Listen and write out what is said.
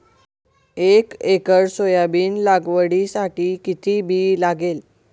एक acre soybean लागवडीसाठी किती बी लागेल?